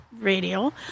radio